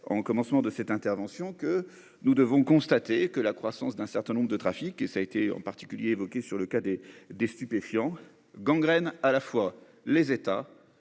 en commencement de cette intervention que nous devons constater que la croissance d'un certain nombre de trafics et ça a été en particulier évoqué sur le cadet des stupéfiants gangrène à la fois les États